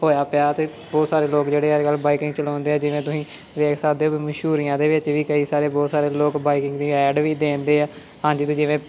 ਹੋਇਆ ਪਿਆ ਅਤੇ ਬਹੁਤ ਸਾਰੇ ਲੋਕ ਜਿਹੜੇ ਅੱਜ ਕੱਲ੍ਹ ਬਾਈਕਿੰਗ ਚਲਾਉਂਦੇ ਜਿਵੇਂ ਤੁਸੀਂ ਦੇਖ ਸਕਦੇ ਮਸ਼ਹੂਰੀਆਂ ਦੇ ਵਿੱਚ ਵੀ ਕਈ ਸਾਰੇ ਬਹੁਤ ਸਾਰੇ ਲੋਕ ਬਾਈਕ ਵੀ ਐਡ ਵੀ ਦੇਣ ਦੇ ਆ ਅੱਜ ਕੱਲ੍ਹ ਜਿਵੇਂ